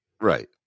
right